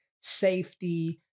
safety